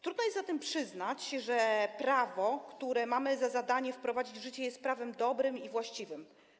Trudno zatem przyznać, że prawo, które mamy za zadanie wprowadzić w życie, jest prawem dobrym i właściwym.